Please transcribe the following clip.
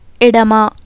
ఎడమ